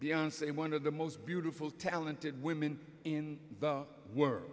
same one of the most beautiful talented women in the world